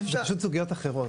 זה פשוט סוגיות אחריות.